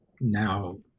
now